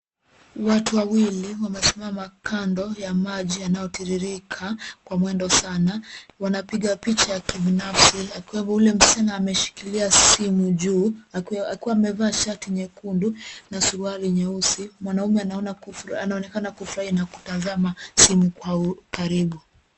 Watu wawili wamesimama kando ya maji yanayotiririka kwa mwendo sana. Wanapiga picha ya kibinafsi akiwemo yule msichana ameshikilia simu juu akiwa amevaa shati nyekundu na suruali nyeusi. Mwanaume anaonekana kufurahia na kutazama simu kwa ukaribu.